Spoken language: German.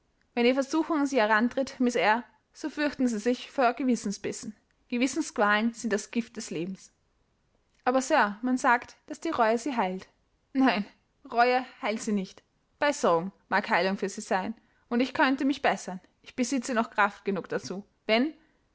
wenn die versuchung an sie herantritt miß eyre so fürchten sie sich vor gewissensbissen gewissensqualen sind das gift des lebens aber sir man sagt daß die reue sie heilt nein reue heilt sie nicht besserung mag heilung für sie sein und ich könnte mich bessern ich besitze noch kraft genug dazu wenn